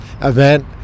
event